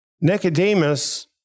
Nicodemus